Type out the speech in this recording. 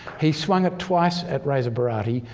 he swung it twice at reza barati,